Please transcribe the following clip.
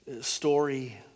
story